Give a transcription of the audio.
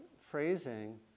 phrasing